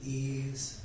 ease